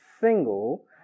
single